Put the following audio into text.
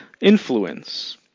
influence